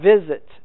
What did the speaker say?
visit